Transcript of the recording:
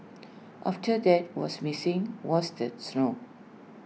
after that was missing was the snow